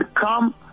come